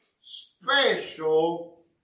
special